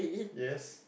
yes